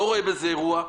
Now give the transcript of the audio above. אני לא רואה בזה אירוע.